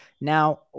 Now